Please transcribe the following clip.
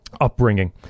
upbringing